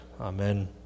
Amen